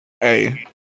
hey